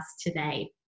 today